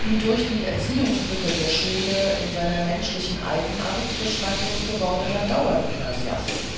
wie durch die erziehungslücke der schule in seiner menschlichen eigenart geschmacklos gewordener dauergymnasiast